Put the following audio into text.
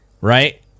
Right